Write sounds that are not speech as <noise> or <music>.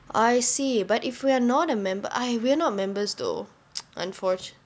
I see but if we are not a member ugh we are not members though <noise> unfortunate